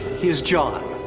he is jon,